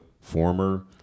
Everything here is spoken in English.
former